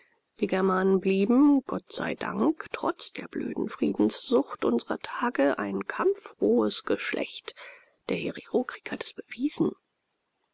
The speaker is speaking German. die germanen bleiben gott sei dank trotz der blöden friedenssucht unsrer tage ein kampffrohes geschlecht der hererokrieg hat es bewiesen